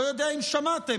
לא יודע אם שמעתם,